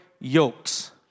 yokes